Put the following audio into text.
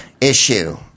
issue